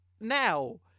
now